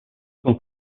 con